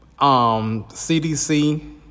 CDC